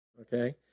okay